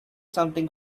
something